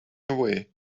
away